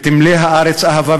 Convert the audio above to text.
ותמלא הארץ אהבה,